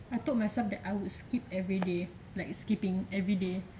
I told myself that I will skip every day like skipping everyday